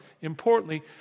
importantly